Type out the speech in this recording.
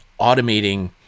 automating